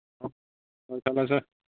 ꯂꯣꯏꯁꯤꯜꯂꯁꯦ